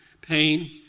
Pain